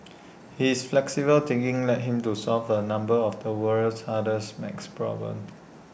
his flexible thinking led him to solve A number of the world's hardest math problems